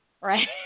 right